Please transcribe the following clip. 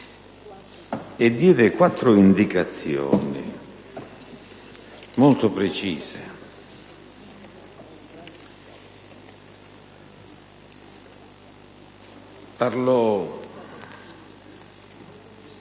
diede quattro indicazioni molto precise: parlò